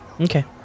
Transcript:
Okay